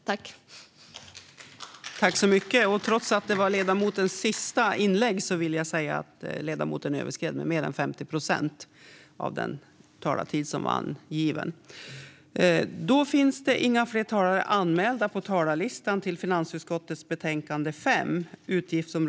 Avgiften till Euro-peiska